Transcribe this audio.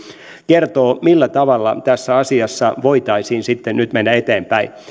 kertoo millä tavalla tässä asiassa voitaisiin nyt mennä eteenpäin